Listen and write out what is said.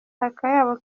akayabo